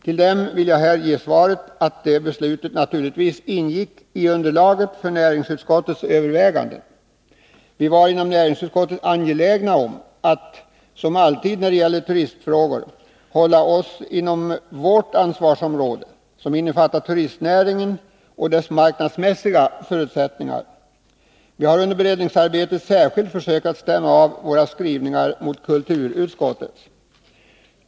Jag vill här ge svaret att det beslutet naturligtvis ingick i underlaget för näringsutskottets överväganden. Inom näringsutskottet var vi — som alltid när det gäller turistfrågor — angelägna om att hålla oss inom vårt ansvarsområde, vilket innefattar turistnäringen och dess marknadsmässiga förutsättningar. Under beredningsarbetet har vi särskilt försökt att stämma av våra skrivningar mot kulturutskottets.